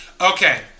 Okay